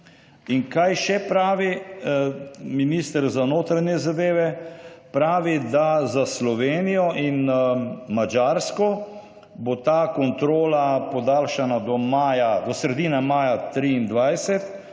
In kaj še pravi minister za notranje zadeve. Pravi, da za Slovenijo in Madžarsko bo ta kontrola podaljšana do maja, do sredine maja 2023,